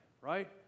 right